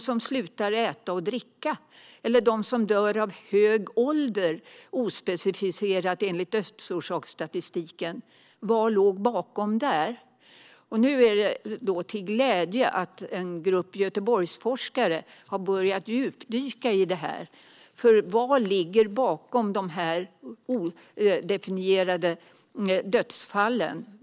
Vad låg bakom i fall där människor slutat äta och dricka eller enligt dödsorsaksstatistiken ospecificerat dött av hög ålder? Det är glädjande att en grupp Göteborgsforskare har börjat djupdyka i detta. Vad ligger bakom dessa odefinierade dödsfall?